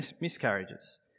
miscarriages